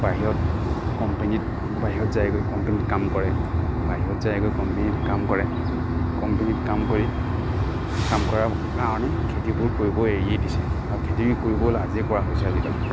বাহিৰত কম্পেনীত বাহিৰত যায়গৈ কম্পেনীত কাম কৰে বাহিৰত যায়গৈ কম্পেনীত কাম কৰে কম্পেনীত কাম কৰি কাম কৰা কাৰণে খেতিবোৰ কৰিব এৰিয়ে দিছে আৰু খেতি কৰিব লাজেই কৰা হৈছে আজিকালি